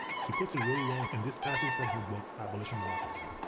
she puts it really well in this passage from her book abolition democracy.